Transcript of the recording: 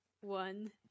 one